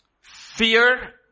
Fear